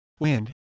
wind